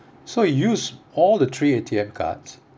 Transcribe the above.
so you use all the three A_T_M cards